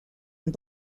and